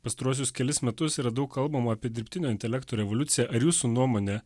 pastaruosius kelis metus yra daug kalbama apie dirbtinio intelekto revoliuciją ar jūsų nuomone